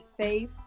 safe